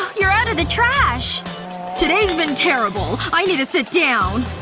you're out of the trash today's been terrible. i need to sit down